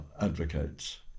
advocates